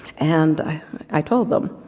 and i i told them,